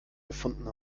gefunden